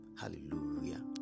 hallelujah